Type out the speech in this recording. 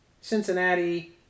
Cincinnati